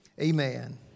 Amen